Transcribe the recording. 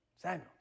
Samuel